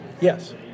Yes